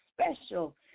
special